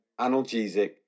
analgesic